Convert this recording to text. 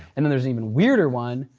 and then there's even weirder one,